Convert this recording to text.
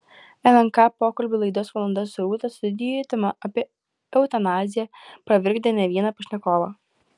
lnk pokalbių laidos valanda su rūta studijoje tema apie eutanaziją pravirkdė ne vieną pašnekovą